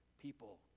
people